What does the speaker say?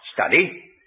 study